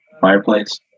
fireplace